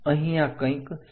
અહીંયા કંઈક C